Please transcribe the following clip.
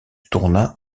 tourna